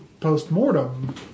post-mortem